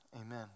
amen